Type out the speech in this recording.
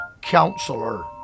Counselor